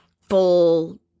full